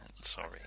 Sorry